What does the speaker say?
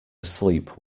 asleep